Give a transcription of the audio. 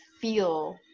feel